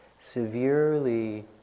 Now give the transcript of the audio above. severely